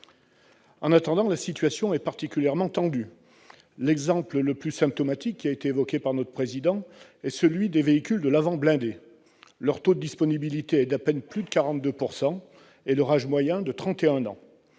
En attendant, la situation est particulièrement tendue. L'exemple le plus symptomatique, évoqué par notre président, est celui des véhicules de l'avant blindé. Leur taux de disponibilité est d'à peine plus de 42 %, et leur âge moyen de trente